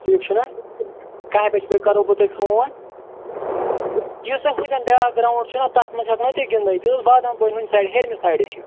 ٹھیٖک چھُنَہ کَہہِ بجہِ بٲگۍ کَرَہو بہٕ تۄہہِ فوٗن یُس تۄہہِ ہوٚتیٚن بیٛاکھ گرٛاوُنٛڈ چھُو نَہ تَتھ منٛز تُہۍ گِنٛدنٲیِتھ یُس بادام سایڈٕ ہیٚرمہِ سایڈٕ چھِ